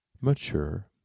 mature